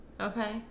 Okay